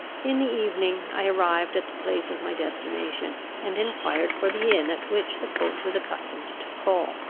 in the evening i arrived at the place of my destination, and enquired for the inn at which the coach was accustomed to call.